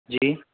जी